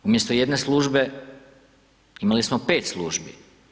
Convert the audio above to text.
Umjesto jedne službe imali smo 5 službi.